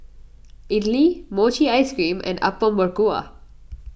Idly Mochi Ice Cream and Apom Berkuah